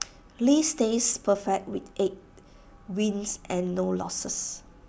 lee stays perfect with eight wins and no losses